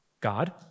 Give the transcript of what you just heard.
God